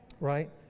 Right